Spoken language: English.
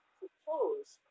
propose